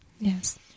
Yes